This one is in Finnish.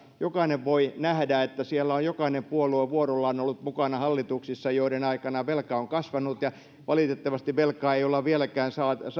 jokainen voi nähdä että jokainen puolue on ollut vuorollaan mukana hallituksissa joiden aikana velka on kasvanut ja valitettavasti ei olla vieläkään saatu